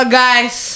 guys